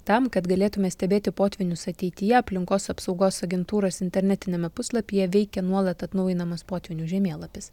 tam kad galėtume stebėti potvynius ateityje aplinkos apsaugos agentūros internetiniame puslapyje veikia nuolat atnaujinamas potvynių žemėlapis